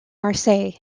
marseille